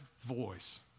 voice